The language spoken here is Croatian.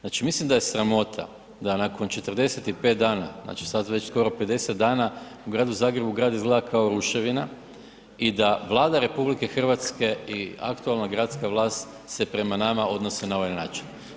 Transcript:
Znači mislim da je sramota da nakon 45 dana, znači sad već skoro 50 dana u gradu Zagrebu, grad izgleda kao ruševina i da Vlada RH i aktualna gradska vlast se prema nama odnosi na ovaj način.